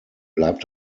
bleibt